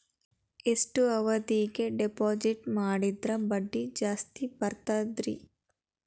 ಎಷ್ಟು ಅವಧಿಗೆ ಡಿಪಾಜಿಟ್ ಮಾಡಿದ್ರ ಬಡ್ಡಿ ಜಾಸ್ತಿ ಬರ್ತದ್ರಿ?